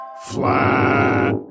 Flat